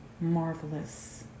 marvelous